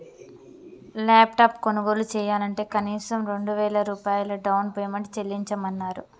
laptop కొనుగోలు చెయ్యాలంటే కనీసం రెండు వేల రూపాయలు డౌన్ పేమెంట్ చెల్లించమన్నరు